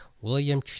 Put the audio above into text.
William